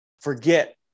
forget